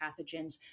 pathogens